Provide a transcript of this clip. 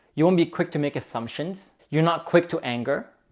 you won't be quick to make assumptions. you're not quick to anger,